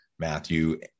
Matthew